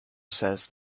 says